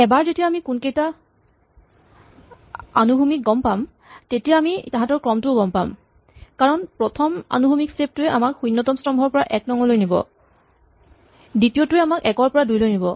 এবাৰ যেতিয়া আমি কোনকেইটা অনুভূমিক গম পালো তেতিয়া আমি তাঁহাতৰ ক্ৰমটোও গম পাম কাৰণ প্ৰথম অনুভূমিক স্টেপ টোৱে আমাক শূণ্যতম স্তম্ভৰ পৰা এক নং স্তম্ভলৈ নিব দ্বিতীয়টোৱে আমাক একৰ পৰা দুইলৈ নিব